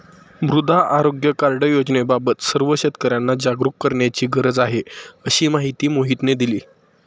मृदा आरोग्य कार्ड योजनेबाबत सर्व शेतकर्यांना जागरूक करण्याची गरज आहे, अशी माहिती मोहितने दिली